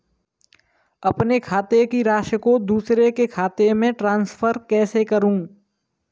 अपने खाते की राशि को दूसरे के खाते में ट्रांसफर कैसे करूँ?